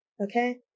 Okay